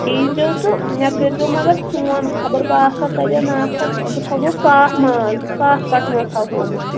یی زیو تہٕ مےٚ کٔرۍ زیو مگر فون خبر بہٕ آسا تتٮ۪ن نہ آسا تہٕ تھاوو صاف ماز صاف کَٹ ماز تھاوو بہٕ